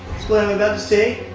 what i'm about to say,